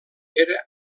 era